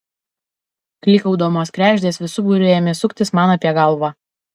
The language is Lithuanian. klykaudamos kregždės visu būriu ėmė suktis man apie galvą